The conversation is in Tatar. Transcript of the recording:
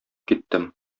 киттем